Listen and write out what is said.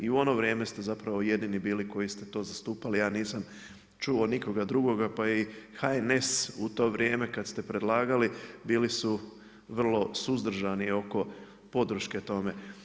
I u ono vrijeme ste zapravo jedini bili koji ste to zastupali, ja nisam čuo nikoga drugoga, pa je i HNS u to vrijeme kad ste predlagali, bili su vrlo suzdržani oko podrške tome.